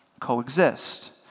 coexist